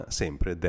sempre